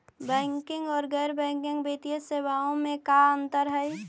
Banking और गैर banking वित्तीय सेवाओं में का अंतर हइ?